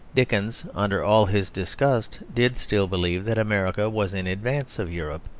dickens, under all his disgust, did still believe that america was in advance of europe,